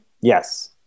Yes